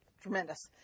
tremendous